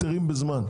בזמן.